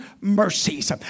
mercies